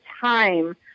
time